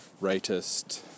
rightist